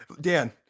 Dan